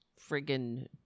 friggin